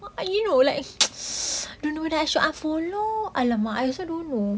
you know like don't know whether I should unfollow !alamak! I also don't know